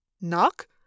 Knock